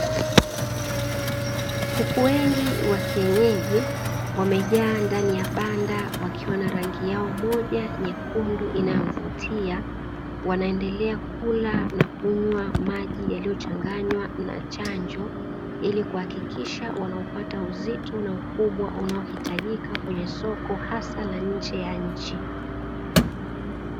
Kuku wengi wa kienyeji wamejaa ndani ya banda wakiwa na rangi yao moja nyekundu inayovutia. Wanaendelea kula na kunywa maji yaliyochanganywa na chanjo ili kuhakikisha wanaupata uzito na ukubwa unaohitajika kwenye soko hasa la nje ya nchi.